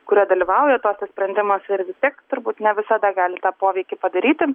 kurie dalyvauja tuose sprendimuose ir vis tiek turbūt ne visada gali tą poveikį padaryti